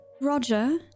Roger